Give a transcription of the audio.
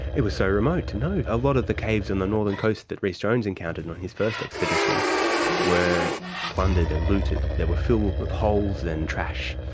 it was so remote, no. a lot of the caves on the northern coast that rhys jones encountered on his first expedition were plundered and looted, they were filled with holes then trash,